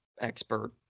expert